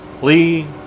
Lee